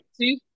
two